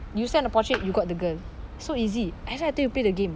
you send a portrait you got the girl so easy that's why I tell you to play the game